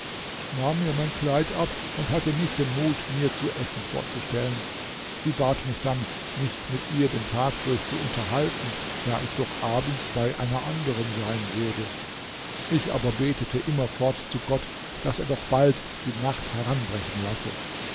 nahm mir mein kleid ab und hatte nicht den mut mir zu essen vorzustellen sie bat mich dann mich mit ihr den tag durch zu unterhalten da ich doch abends bei einer anderen sein würde ich aber betete immerfort zu gott daß er doch bald die nacht heranbrechen lasse